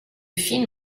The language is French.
film